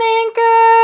anchor